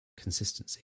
consistency